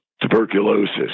tuberculosis